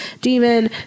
demon